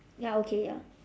ya okay ya